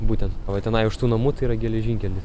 būtent o va tenai už tų namų tai yra geležinkelis